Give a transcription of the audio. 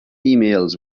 emails